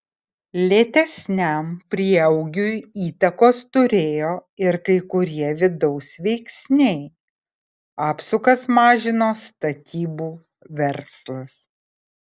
lėtesniam prieaugiui įtakos turėjo ir kai kurie vidaus veiksniai apsukas mažino statybų verslas